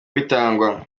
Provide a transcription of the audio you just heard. bitangwa